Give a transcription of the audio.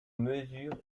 mesure